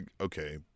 okay